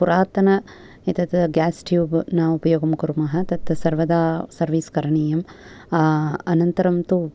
पुरातन एतत् gas stove न उपयोगं कुर्म तद् सर्वदा सर्वीस् करणीयं अनन्तरं तु